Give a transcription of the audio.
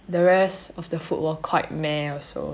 the rest of the food were quite meh also